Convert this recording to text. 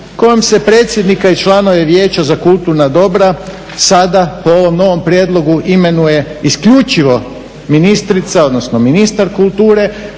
kojim se predsjednika i članove Vijeća za kulturna dobra sada po ovom novom prijedlogu imenuje isključivo ministrica, odnosno ministar kulture,